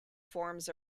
forms